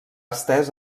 estès